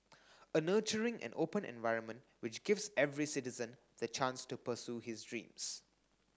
a nurturing and open environment which gives every citizen the chance to pursue his dreams